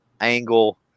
angle